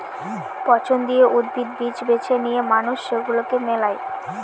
পছন্দীয় উদ্ভিদ, বীজ বেছে নিয়ে মানুষ সেগুলাকে মেলায়